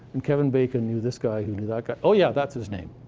and kevin bacon knew this guy who knew that guy oh yeah, that's his name.